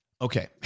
Okay